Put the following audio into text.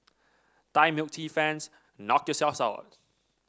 Thai milk tea fans knock yourselves out